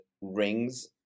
rings